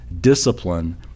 Discipline